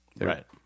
Right